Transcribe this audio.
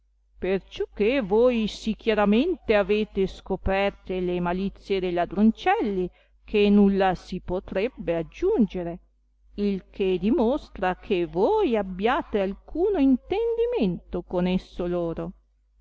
perciò che voi sì chiaramente avete scoperte le malizie dei ladroncelli che nulla si potrebbe aggiungere il che dimostra che voi abbiate alcuno intendimento con esso loro